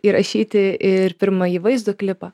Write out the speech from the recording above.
įrašyti ir pirmąjį vaizdo klipą